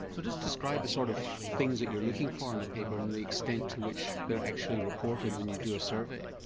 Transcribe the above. so just describe the sort of things that you are looking for in a paper and the extent to which they are actually reported when you do a survey?